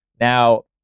now